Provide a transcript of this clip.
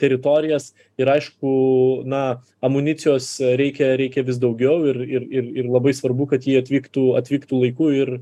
teritorijas ir aišku na amunicijos reikia reikia vis daugiau ir ir ir ir labai svarbu kad ji atvyktų atvyktų laiku ir